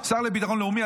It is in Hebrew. השר לביטחון לאומי,